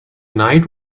night